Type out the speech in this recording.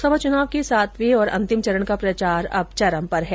लोकसभा चुनाव के सातवें और अंतिम चरण का प्रचार अब चरम पर है